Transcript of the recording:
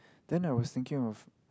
than I was thinking of